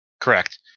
Correct